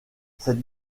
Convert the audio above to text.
cette